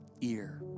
ear